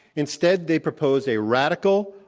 instead, they propose a radical,